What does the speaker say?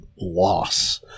loss